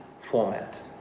format